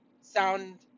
sound